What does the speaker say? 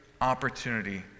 opportunity